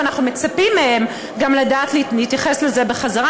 ואנחנו מצפים מהם גם לדעת להתייחס לזה בחזרה.